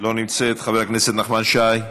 לא נמצאת, חבר הכנסת נחמן שי,